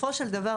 בסופו של דבר,